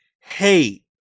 hate